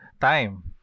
Time